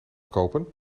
kopen